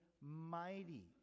mighty